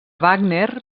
wagner